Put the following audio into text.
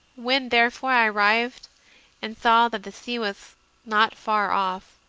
when, therefore, i arrived and saw that the sea was not far off,